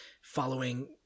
following